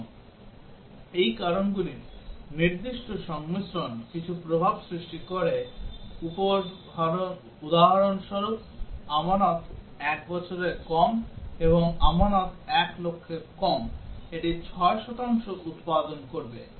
এবং এই কারণগুলির নির্দিষ্ট সংমিশ্রণ কিছু প্রভাব সৃষ্টি করে উদাহরণস্বরূপ আমানত 1 বছরের কম এবং আমানত 1 লক্ষের কম এটি 6 শতাংশ উৎপাদন করবে